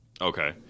Okay